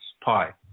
pi